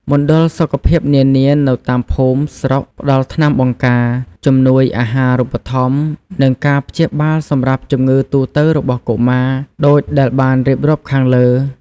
មណ្ឌលសុខភាពនានានៅតាមភូមិ ស្រុក ផ្តល់ថ្នាំបង្ការ ជំនួយអាហារូបត្ថម្ភ និងការព្យាបាលសម្រាប់ជំងឺទូទៅរបស់កុមារ ដូចដែលបានរៀបរាប់ខាងលើ។